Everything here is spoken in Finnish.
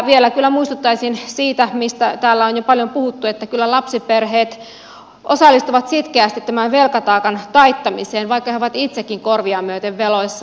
vielä kyllä muistuttaisin siitä mistä täällä on jo paljon puhuttu että kyllä lapsiperheet osallistuvat sitkeästi tämän velkataakan taittamiseen vaikka he ovat itsekin korviaan myöten veloissa